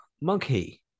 Monkey